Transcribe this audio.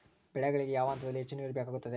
ಬೆಳೆಗಳಿಗೆ ಯಾವ ಹಂತದಲ್ಲಿ ಹೆಚ್ಚು ನೇರು ಬೇಕಾಗುತ್ತದೆ?